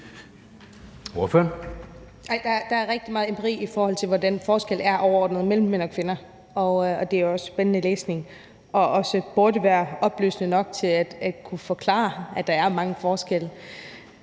Der er rigtig meget empiri, i forhold til hvordan forskellen er overordnet på mænd og kvinder, og det er også spændende læsning. Og det burde også være oplysende nok til at kunne forklare, at der er mange forskelle.